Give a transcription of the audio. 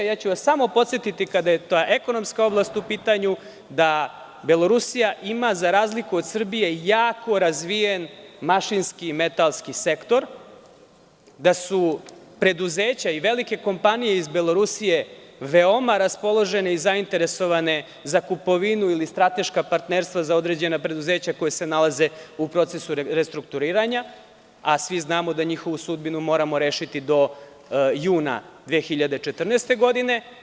Samo ću vas podsetiti kada je ekonomska oblast u pitanju da Belorusija ima za razliku od Srbije jako razvijen mašinski i metalski sektor, da su preduzeća i velike kompanije iz Belorusije veoma raspoložene i zainteresovane za kupovinu ili strateška partnerstva za određena preduzeća koja se nalaze u procesu restrukturiranja, a svi znamo da njihovu sudbinu moramo da rešimo do juna 2014. godine.